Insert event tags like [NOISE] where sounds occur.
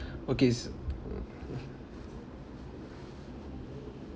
okay s~ [NOISE]